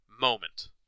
moment